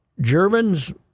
Germans